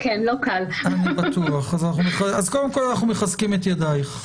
אז קודם כל אנחנו מחזקים את ידייך,